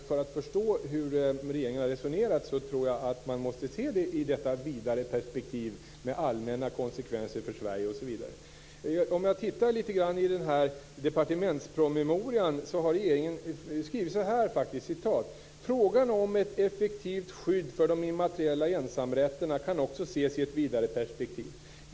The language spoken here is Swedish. För att förstå hur regeringen har resonerat måste man se saken i detta vidare perspektiv, med allmänna konsekvenser för Sverige osv. Om man läser i den av mig tidigare åberopade departementspromemorian finner man att regeringen skriver så här: "Frågan om ett effektivt skydd för de immateriella ensamrätterna kan också ses i ett vidare perspektiv.